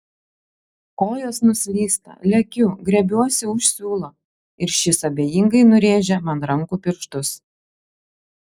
kojos nuslysta lekiu griebiuosi už siūlo ir šis abejingai nurėžia man rankų pirštus